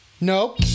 Nope